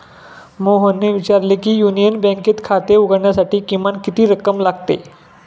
मोहनने विचारले की युनियन बँकेत खाते उघडण्यासाठी किमान किती रक्कम लागते?